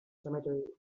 cemetery